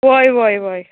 वय वय वय